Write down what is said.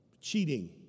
cheating